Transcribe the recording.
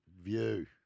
View